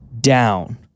down